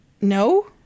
No